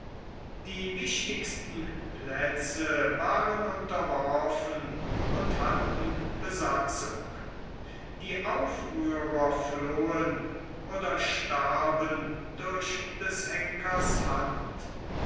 die wichtigsten plätze waren unterworfen und hatten besatzung die aufrührer flohen oder starben durch des henkers hand